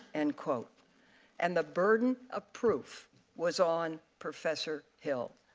and and the burden of proof was on professor. hill.